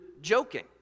joking